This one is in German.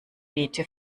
beete